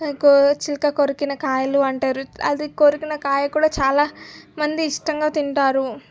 కొ చిలక కొరికిన కాయలు అంటారు అది కొరికిన కాయ కూడా చాలా మంది ఇష్టంగా తింటారు